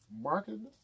marketing